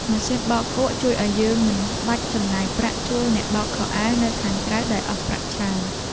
ម៉ាស៊ីនបោកគក់ជួយឱ្យយើងមិនបាច់ចំណាយប្រាក់ជួលអ្នកបោកខោអាវនៅខាងក្រៅដែលអស់ប្រាក់ច្រើន។